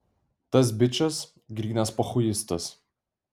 tas bičas grynas pochuistas